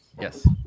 Yes